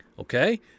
Okay